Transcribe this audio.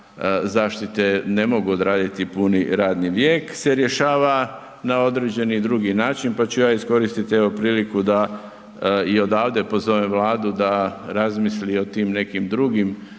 zaštite ne mogu odraditi puni radni vijek se rješava na određeni drugi način pa ću ja iskoristiti evo, priliku da i odavde pozovem Vladu da razmisli o tim nekim drugim